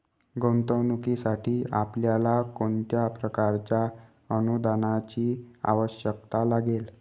गुंतवणुकीसाठी आपल्याला कोणत्या प्रकारच्या अनुदानाची आवश्यकता लागेल?